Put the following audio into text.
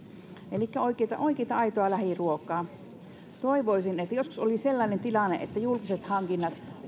elikkä oikeaa aitoa lähiruokaa toivoisin että joskus olisi sellainen tilanne että julkiset hankinnat